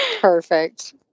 Perfect